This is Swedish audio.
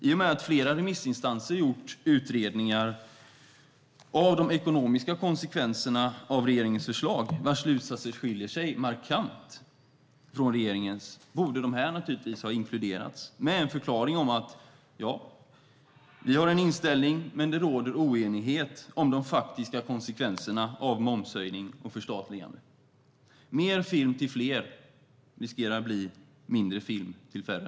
I och med att flera remissinstanser gjort utredningar av de ekonomiska konsekvenserna av regeringens förslag, vilkas slutsatser skiljer sig markant från regeringens, borde de naturligtvis ha inkluderats med en förklaring: Vi har en inställning, men det råder oenighet om de faktiska konsekvenserna av momshöjning och förstatligande. Mer film till fler riskerar att bli mindre film till färre.